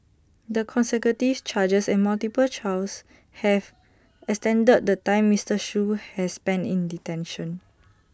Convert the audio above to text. the consecutive charges and multiple trials have extended the time Mister Shoo has spent in detention